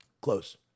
Close